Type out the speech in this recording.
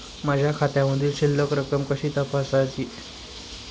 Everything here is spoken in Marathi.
माझ्या खात्यामधील शिल्लक रक्कम कशी तपासायची?